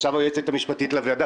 ועכשיו היועצת המשפטית לוועדה.